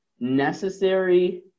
Necessary